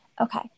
Okay